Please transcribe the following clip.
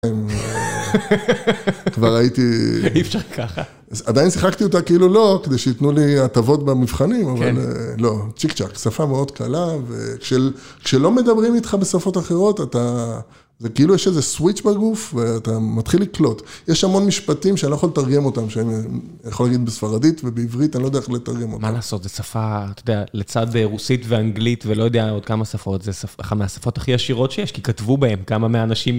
כבר הייתי, אי אפשר ככה. עדיין שיחקתי אותה כאילו לא כדי שייתנו לי הטבות במבחנים אבל לא, צ'יק צ'אק, שפה מאוד קלה וכשלא מדברים איתך בשפות אחרות אתה, זה כאילו יש איזה סוויץ' בגוף ואתה מתחיל לקלוט, יש המון משפטים שאני לא יכול לתרגם אותם, שאני יכול להגיד בספרדית ובעברית, אני לא יודע איך לתרגם אותם. מה לעשות, זו שפה, אתה יודע, לצד זה רוסית ואנגלית ולא יודע עוד כמה שפות, זה אחת מהשפות הכי עשירות שיש, כי כתבו בהן כמה מהאנשים,